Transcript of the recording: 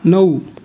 नऊ